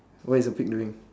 what is the pig doing